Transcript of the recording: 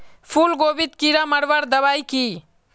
फूलगोभीत कीड़ा मारवार दबाई की?